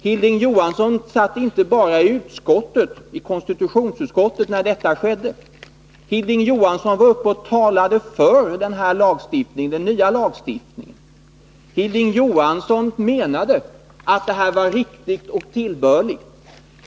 Hilding Johansson satt inte bara i konstitutionsutskottet när detta skedde. Han var dessutom uppe och talade för denna nya lagstiftning. Hilding Johansson menade att den var riktig och tillbörlig.